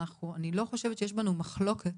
אני לא חושבת שיש לנו מחלוקת